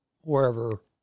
wherever